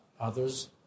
others